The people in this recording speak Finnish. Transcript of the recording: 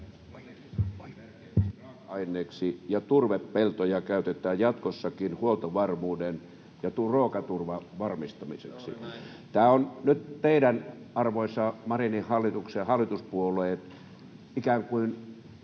raaka-aineeksi ja turvepeltoja käytetään jatkossakin huoltovarmuuden ja ruokaturvan varmistamiseksi.” Tämä on nyt teidän, arvoisa Marinin hallitus ja hallituspuolueet, ikään kuin